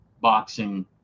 boxing